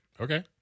Okay